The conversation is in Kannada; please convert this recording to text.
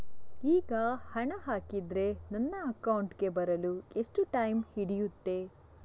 ಈಗ ಹಣ ಹಾಕಿದ್ರೆ ನನ್ನ ಅಕೌಂಟಿಗೆ ಬರಲು ಎಷ್ಟು ಟೈಮ್ ಹಿಡಿಯುತ್ತೆ?